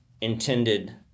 intended